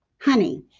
Honey